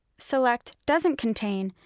select doesn't contain,